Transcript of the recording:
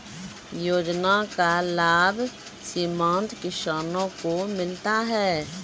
योजना का लाभ सीमांत किसानों को मिलता हैं?